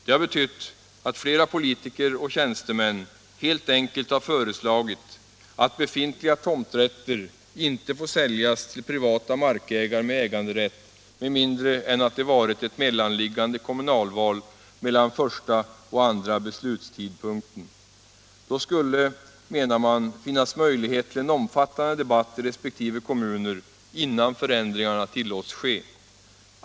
Det har betytt att flera politiker och tjänstemän helt enkelt föreslagit att befintliga tomträtter inte får säljas till privata markägare med äganderätt med mindre än att det varit ett kommunalval mellan första och andra beslutstidpunkten. Då skulle det, menar man, finnas möjlighet till en omfattande debatt i resp. kommuner innan förändringarna tillåts ske.